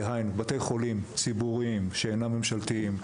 דהיינו בתי חולים ציבוריים שאינם ממשלתיים,